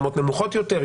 רמות נמוכות יותר,